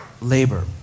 labor